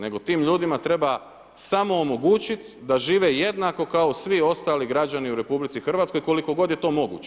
Nego tim ljudima treba samo omogućiti da žive jednako kao i svi ostali građani u RH, koliko god je to moguće.